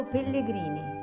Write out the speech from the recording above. Pellegrini